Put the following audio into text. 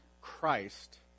Christ